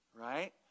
right